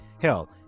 Hell